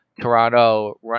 Toronto